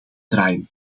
draaien